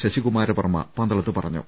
ശശികുമാരവർമ്മ പന്തളത്ത് പറഞ്ഞു